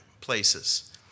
places